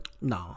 No